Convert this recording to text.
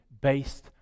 based